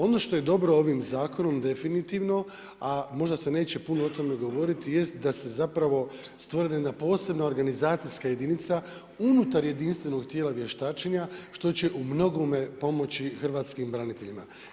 Ono što je dobro ovim zakonom definitivno, a možda se neće puno o tome govoriti jest da je stvorena posebna organizacijska jedinica unutar jedinstvenog tijela vještačenja što će u mnogome pomoći hrvatskim braniteljima.